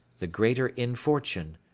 the greater infortune,